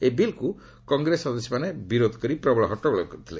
ଏହି ବିଲ୍କ୍ କଂଗ୍ରେସ ସଦସ୍ୟମାନେ ବିରୋଧ କରି ପ୍ରବଳ ହଟ୍ଟଗୋଳ କରିଥିଲେ